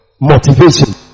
motivation